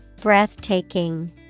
Breathtaking